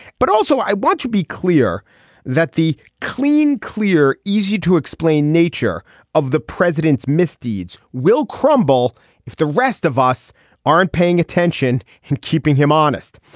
but also i want to be clear that the clean clear easy to explain nature of the president's misdeeds will crumble if the rest of us aren't paying attention and keeping him honest.